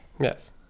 Yes